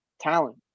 talent